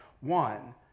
one